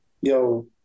yo